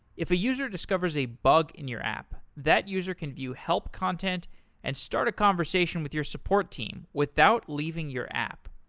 if a user discovers a bug in your app, that user can view help content and start a conversation with your support team without leaving your app.